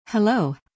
Hello